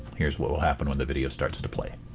here's what will happen when the video starts to play.